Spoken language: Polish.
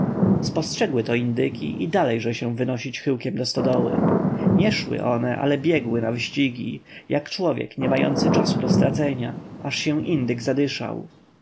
spostrzegły to indyki i dalejże się wynosięwynosić chyłkiem do stodoły nie szły one ale biegły na wyścigi jak człowiek nie mający czasu do stracenia aż się indyk